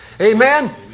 Amen